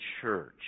church